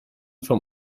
vom